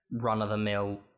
run-of-the-mill